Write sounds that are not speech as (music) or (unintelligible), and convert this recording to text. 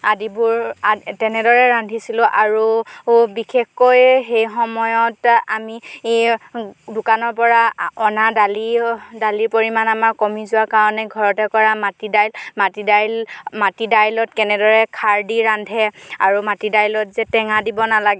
আদিবোৰ (unintelligible) তেনেদৰে ৰান্ধিছিলোঁ আৰু বিশেষকৈ সেই সময়ত আমি এই দোকানৰ পৰা অনা দালি দালিৰ পৰিমাণ আমাৰ কমি যোৱাৰ কাৰণে ঘৰতে কৰা মাটি দাইল মাটি দাইল মাটি দাইলত কেনেদৰে খাৰ দি ৰান্ধে আৰু মাটি দাইলত যে টেঙা দিব নালাগে